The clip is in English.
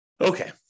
Okay